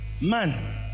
Man